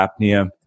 apnea